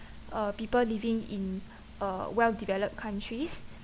uh people living in uh well developed countries